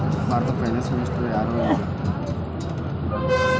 ಭಾರತದ finance minister ಯಾರ್ ಅದರ ಈಗ?